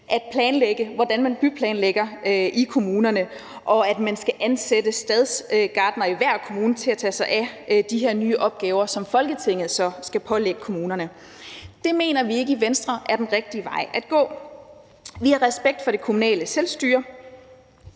planlægger, hvordan man byplanlægger i kommunerne, og bestemmer, at man skal ansætte stadsgartnere i hver kommune til at tage sig af de her nye opgaver, som Folketinget så skal pålægge kommunerne. Det mener vi ikke i Venstre er den rigtige vej at gå. Vi har respekt for det kommunale selvstyre.